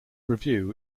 review